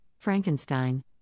Frankenstein